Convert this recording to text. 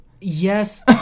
Yes